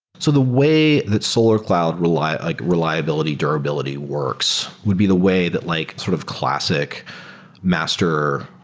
so the way that solar cloud like reliability durability works would be the way that like sort of classic master